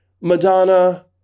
Madonna